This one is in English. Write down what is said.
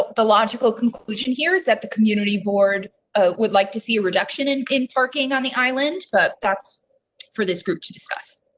the logical conclusion here is that the community board would like to see a reduction and in parking on the island. but that's for this group to discuss.